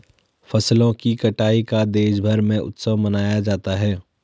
फसलों की कटाई का देशभर में उत्सव मनाया जाता है